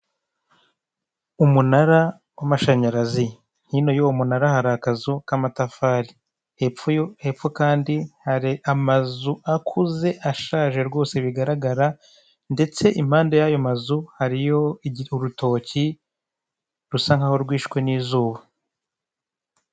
Umunara w'amashanyarazi. Hino y'uwo munara hari akazu k'amatafari. Hepfo kandi hari amazu akuze ashaje rwose bigaragara, ndetse impande y'ayo mazu hariyo urutoki rusa nk'aho rwishwe n'izuba.